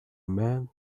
man